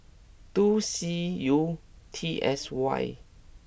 two C U T S Y